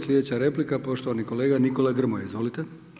Sljedeća replika poštovani kolega Nikola Grmoja, izvolite.